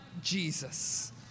Jesus